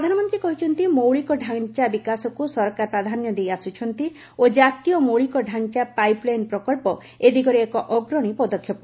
ପ୍ରଧାନମନ୍ତ୍ରୀ କହିଛନ୍ତି ମୌଳିକ ଡ଼ାଞ୍ଚା ବିକାଶକୁ ସରକାର ପ୍ରାଧାନ୍ୟ ଦେଇଆସୁଛନ୍ତି ଓ କାତୀୟ ମୌଳିକ ଢ଼ାଞ୍ଚା ପାଇପ୍ ଲାଇନ୍ ପ୍ରକଳ୍ପ ଏ ଦିଗରେ ଏକ ଅଗ୍ରଣୀ ପଦକ୍ଷେପ